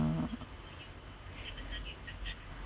uh